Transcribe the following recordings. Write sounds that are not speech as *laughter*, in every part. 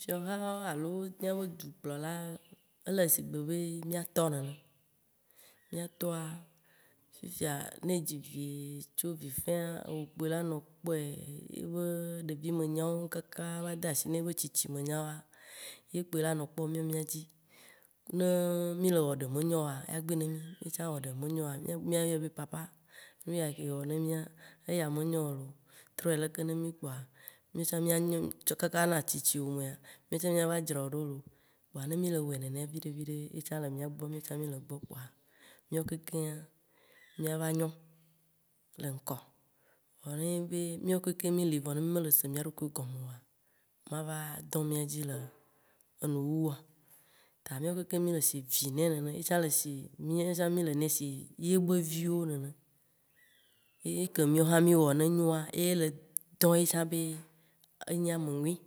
Fiɔahawo alo mìabe dukplɔlawoa, wole sigbe be mìatɔ nene, mìatɔa, fifia ne edzi vi tso vi fĩa, ewò kpoe lanɔ kpɔe, yebe ɖevi me nyawo, kaka va de asi na yebe tsitsi me nyawoa, ye kpoe lanɔ kpɔ mìa dzi, ne mì le wɔ ɖe menyo oa, ya gbe ne mì, ye tsã wɔ ɖe menyo o oa, mìɔ yɔe be papa nu ya ke ewɔ ne mìa eya me nyo o looo, trɔe leke ne mì kpɔa mìɔ tsã tsɔ kaka na tsitsiwò mea, mìɔ tsã mìa va dzra wo ɖo looo. Kpoa ne mì le wɔe viɖe viɖe ye tsã le mìa gbɔ, míɔ tsã mì le gbɔ kpoa, mìɔ keŋkeŋa mìa va nyo le ŋkɔ. Vɔ ne nye be mìa kekem mì li voa mì me dzo le se mìa ɖokui gɔme oa, mava dɔ̃ mìa dzi le enuwuwua o. Ta mìa kekem mì le sie evi nɛ nene, ye tsã le si *hesitation* mìɔ tsã mì le nɛ si yebe viwo nene. Ye eke mìɔ tsã mìwɔ ne nyɔa, eye le tɔ ye tsã be, enyi ame nyui.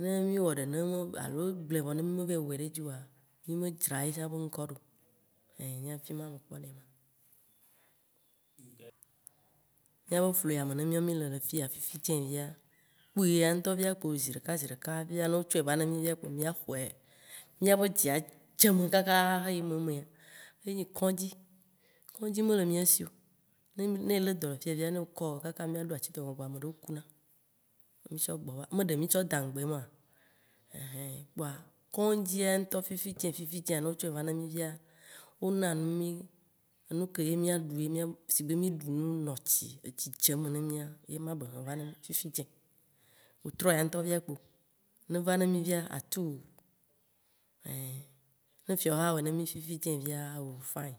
Ne mí wɔ ɖe ne me, alo egblɔe vɔ ye mì me va yi wɔ ɖe edzi o oa, mì me dzra ye tsã be ŋkɔ ɖo. Ein nyea fima me kpɔ nɛ ye ma. Mìabe flu ya me yi ne mì le fia, fifidzĩ via kpoe ya ŋtɔ kpo ziɖeka ziɖeka via ne wo tsɔe va na mì via kpo mìa xɔe, mìabe dzi adze eme kaka, xe yi memea, ye nyi kɔŋdzi. Kɔŋdzi me le mìa sio, ne ele dɔ fia via ne wo kɔ, kaka mìaɖo atitɔ̃gɔ kpoa ameɖewo kuna ye mí tsɔ gbɔ va. Me ɖe mì tsɔ dãŋgbe ye mɔ? Kpoa kɔ̃ŋdzia ŋtɔ fifidzĩ, fifidzĩ ne wo tsɔe va na mì via, wo na nu mì. Enu ke ye mìa ɖu ye mìabe sigbe be mì ɖu nu no tsi edzi dze eme ne mìa ye ma be he va na mì fifidzĩ. Wetrɔ ya ŋtɔ, ne va na mì via, atu, ne fiɔhawo awɔe ne mì fifidzĩ via, oh fine.